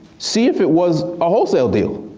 see if it was a wholesale deal.